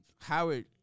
Howard